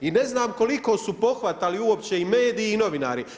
I ne znam koliko su pohvatali uopće i mediji i novinari?